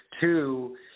Two